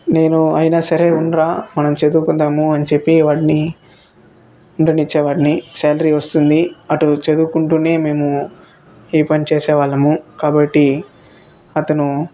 నేను అయినా సరే ఉండరా మనం చదువుకుందామని చెప్పి వాడ్ని ఉండనిచ్చే వాడిని శాలరీ వస్తుంది అటు చదువుకుంటేనే మేము ఈ పని చేసే వాళ్ళము కాబట్టి అతను